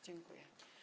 Dziękuję.